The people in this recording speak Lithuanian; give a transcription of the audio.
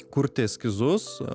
kurti eskizus